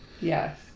Yes